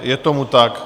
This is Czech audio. Je tomu tak.